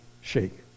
shake